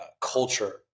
culture